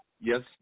Yes